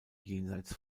jenseits